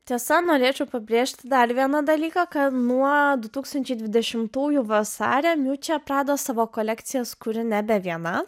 tiesa norėčiau pabrėžti dar vieną dalyką kad nuo du tūkstančiai dvidešimtųjų vasario miučia prada savo kolekcijas kuria nebe viena